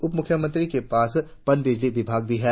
उपमुख्यमंत्री के पास पनबिजली विभाग भी है